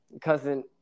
cousin